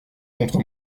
contre